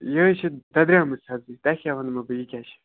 یہِ حظ چھِ دَدریمٕژ سَبزی تۄہہِ کیٛاہ وَنہٕ ہو بہٕ یہِ کیٛاہ چھِ